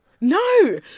No